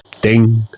Ding